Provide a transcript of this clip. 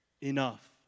enough